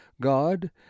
God